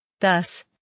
Thus